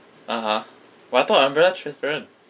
(uh huh) but I thought the umbrella transparent